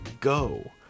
Go